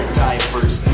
diapers